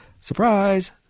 Surprise